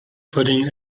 putting